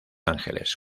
ángeles